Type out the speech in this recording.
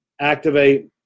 activate